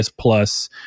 Plus